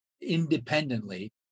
independently